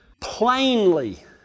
plainly